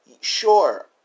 Sure